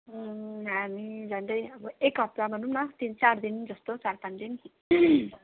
हामी झन्डै अब एक हप्ता भनौँ न तिन चार दिन जस्तो चार पाँच दिन